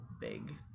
big